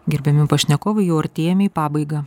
gerbiami pašnekovai jau artėjame į pabaigą